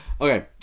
Okay